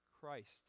Christ